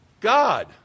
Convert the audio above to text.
God